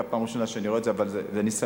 דרך אגב,